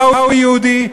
מהו יהודי,